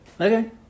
Okay